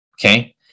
Okay